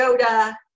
Yoda